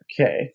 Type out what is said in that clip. Okay